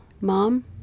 mom